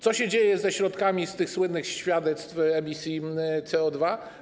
Co się dzieje ze środkami z tych słynnych świadectw emisji CO2?